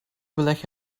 beleg